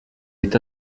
est